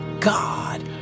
God